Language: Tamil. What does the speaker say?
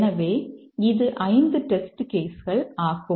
எனவே இது 5 டெஸ்ட் கேஸ் கள் ஆகும்